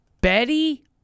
Betty